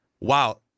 wow